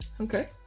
Okay